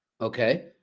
Okay